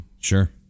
Sure